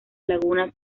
laguna